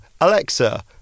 Alexa